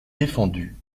défendu